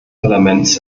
parlaments